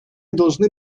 должны